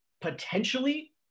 potentially